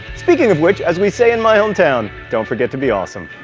speaking of which, as we say in my hometown, don't forget to be awesome.